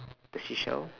the seashells